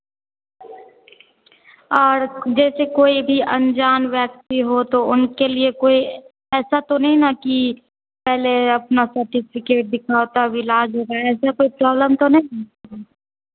और जैसे कोई भी अनजान व्यक्ति हो तो उनके लिए कोई ऐसा तो नहीं न की पहले अपना सर्टिफिकेट दिखाओ तब इलाज होगा ऐसा तो प्रॉबलेम तो नहीं